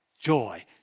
joy